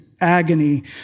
agony